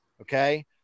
okay